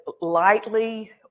lightly